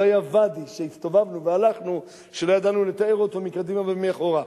לא היה ואדי שהסתובבנו והלכנו שלא ידענו לתאר אותו מקדימה ומאחורה.